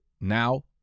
now